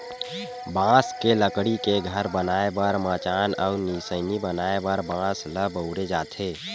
बांस के लकड़ी के घर बनाए बर मचान अउ निसइनी बनाए म बांस ल बउरे जाथे